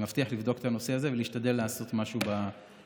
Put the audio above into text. אני מבטיח לבדוק את הנושא הזה ולהשתדל לעשות משהו בעניין.